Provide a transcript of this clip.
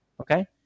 okay